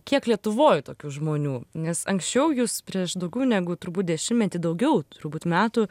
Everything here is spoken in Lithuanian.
kiek lietuvoj tokių žmonių nes anksčiau jūs prieš daugiau negu turbūt dešimtmetį daugiau turbūt metų